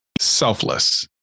selfless